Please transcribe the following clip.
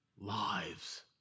lives